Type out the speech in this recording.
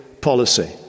policy